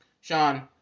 Sean